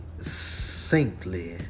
saintly